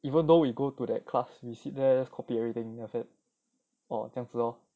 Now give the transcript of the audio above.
even though we go to that class we sit there just copy everything then after that orh 这样子 lor